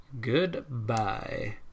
goodbye